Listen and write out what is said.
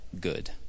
good